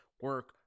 Work